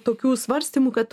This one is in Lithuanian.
tokių svarstymų kad